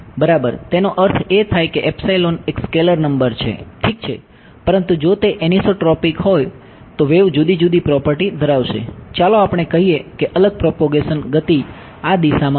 બરાબર તેનો અર્થ એ થાય કે એક સ્કેલર નંબર છે ઠીક છે પરંતુ જો તે એનિસોટ્રોપિક બની જાય છે